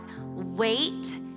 wait